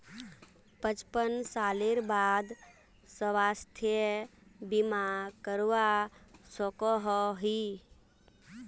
पचपन सालेर बाद स्वास्थ्य बीमा करवा सकोहो ही?